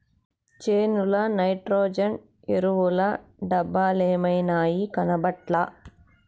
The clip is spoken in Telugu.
చేనుల నైట్రోజన్ ఎరువుల డబ్బలేమైనాయి, కనబట్లా